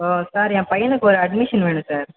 sir என் பையனுக்கு ஒரு அட்மிஷன் வேணும் சார்